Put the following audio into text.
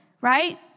right